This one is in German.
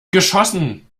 geschossen